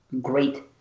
great